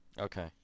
Okay